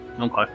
Okay